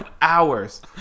hours